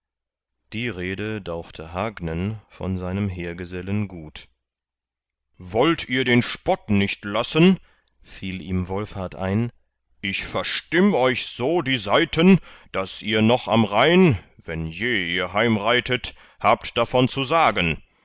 die rede dauchte hagnen von seinem heergesellen gut wollt ihr den spott nicht lassen fiel ihm wolfhart ein ich verstimm euch so die saiten daß ihr noch am rhein wenn je ihr heimreitet habt davon zu sagen